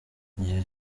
igihe